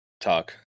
talk